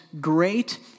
great